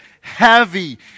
heavy